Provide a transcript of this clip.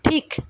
ঠিক